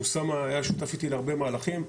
אוסאמה היה שותף איתי להרבה מהלכים,